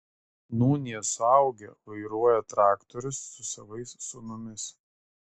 nūn jie suaugę vairuoja traktorius su savais sūnumis